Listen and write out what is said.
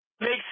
makes